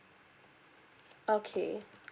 okay